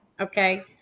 Okay